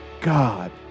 God